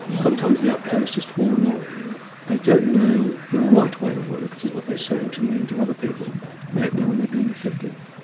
sometimes the outcome is just all wrong they don't know the right way to work this is what they're saying to me and other people they don't know when they're being effective.